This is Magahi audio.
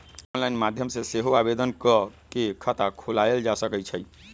ऑनलाइन माध्यम से सेहो आवेदन कऽ के खता खोलायल जा सकइ छइ